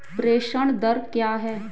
प्रेषण दर क्या है?